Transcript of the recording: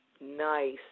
Nice